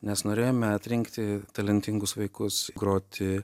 nes norėjome atrinkti talentingus vaikus groti